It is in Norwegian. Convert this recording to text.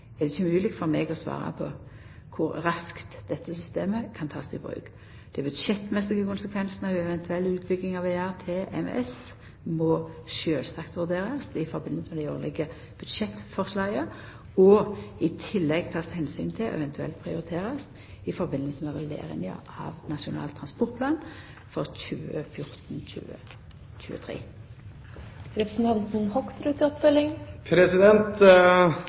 er det ikkje mogleg for meg å svara på kor raskt dette systemet kan takast i bruk. Dei budsjettmessige konsekvensane av ei eventuell utbygging av ERTMS må sjølvsagt vurderast i samband med dei årlege budsjettframlegga og i tillegg takast omsyn til og eventuelt prioriterast i samband med rulleringa av Nasjonal transportplan for